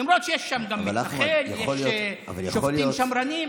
למרות שיש שם גם מתנחל, יש שופטים שמרנים.